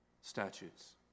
statutes